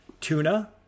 Tuna